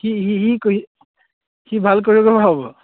সি সি কি সি ভাল কৰিঅ'গ্ৰাফাৰ হ'ব